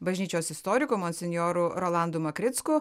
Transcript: bažnyčios istoriku monsinjoru rolandu makricku